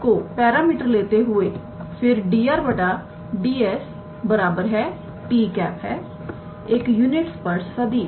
तोs को पैरामीटर लेते हुए फिर 𝑑𝑟⃗ 𝑑𝑠 𝑡̂ है एक यूनिट स्पर्श सदिश